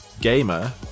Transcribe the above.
gamer